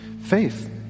Faith